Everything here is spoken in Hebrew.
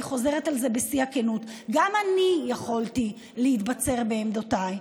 ואני חוזרת על זה בשיא הכנות: גם אני יכולתי להתבצר בעמדותיי,